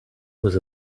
was